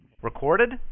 Recorded